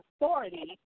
authority